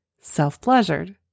self-pleasured